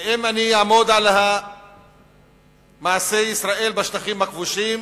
ואם אני אעמוד על מעשי ישראל בשטחים הכבושים,